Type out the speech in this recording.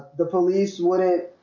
the police wouldn't